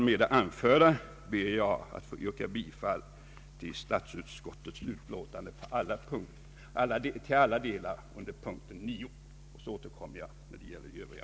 Med det anförda ber jag att få yrka bifall till statsutskottets utlåtande under punkt 9.